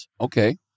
Okay